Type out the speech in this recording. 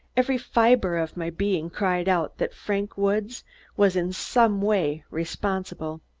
every fiber of my being cried out that frank woods was in some way responsible.